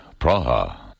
Praha